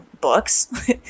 books